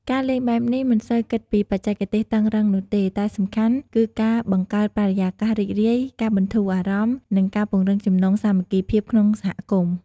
ការលេងបែបនេះមិនសូវគិតពីបច្ចេកទេសតឹងរឹងនោះទេ តែសំខាន់គឺការបង្កើតបរិយាកាសរីករាយ ការបន្ធូរអារម្មណ៍ និងការពង្រឹងចំណងសាមគ្គីភាពក្នុងសហគមន៍។